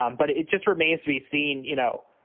um but it just remains to be seen, you know,